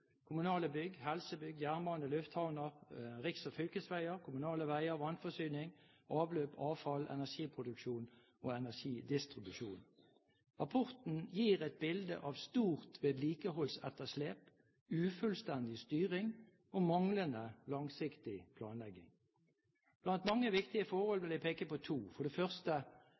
kommunale bygg, helsebygg, jernbane, lufthavner, riks- og fylkesveier, kommunale veier, vannforsyningsanlegg, avløpsanlegg, avfall, energiproduksjon og energidistribusjon. Rapporten gir et bilde av et stort vedlikeholdsetterslep, ufullstendig styring og manglende langsiktig planlegging. Blant mange viktige forhold vil jeg peke på to – for det første: